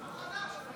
מה חדש?